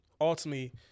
ultimately